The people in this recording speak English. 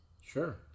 Sure